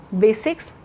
basics